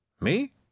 Me